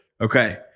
Okay